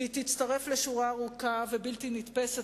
והיא תצטרף לשורה ארוכה ובלתי נתפסת